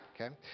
Okay